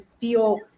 feel